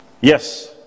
Yes